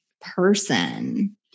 person